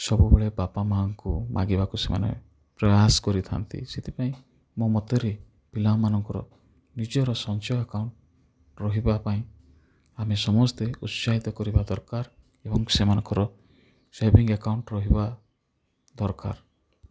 ସବୁବେଳେ ବାପା ମାଆଙ୍କୁ ମାଗିବାକୁ ସେମାନେ ପ୍ରୟାସ କରିଥାନ୍ତି ସେଥିପାଇଁ ମୋ ମତରେ ପିଲା ମାନଙ୍କର ନିଜର ସଞ୍ଚୟ ଆକାଉଣ୍ଟ ରହିବା ପାଇଁ ଆମେ ସମସ୍ତେ ଉତ୍ସାହିତ କରିବା ଦରକାର ଏବଂ ସେମାନଙ୍କର ସେଭିଙ୍ଗ୍ ଆକାଉଣ୍ଟ ରହିବା ଦରକାର